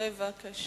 בבקשה.